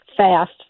Fast